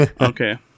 Okay